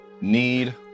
need